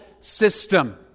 system